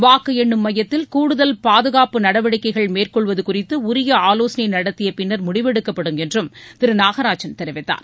வாக்கு எண்ணும் மையத்தில் கூடுதல் பாதுகாப்பு நடவடிக்கைகள் மேற்கொள்வது குறித்து உரிய ஆலோசனை நடத்திய பின்னர் முடிவெடுக்கப்படும் என்றும் திரு நாகராஜன் தெரிவித்தார்